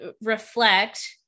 reflect